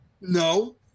No